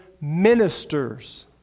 ministers